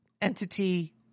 entity